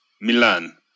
Milan